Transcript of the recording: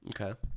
Okay